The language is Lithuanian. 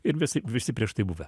ir visi visi prieš tai buvę